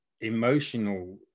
emotional